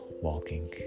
walking